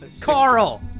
Carl